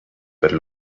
per